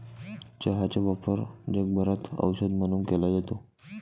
चहाचा वापर जगभरात औषध म्हणून केला जातो